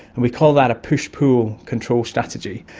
and we call that a push-pull control strategy.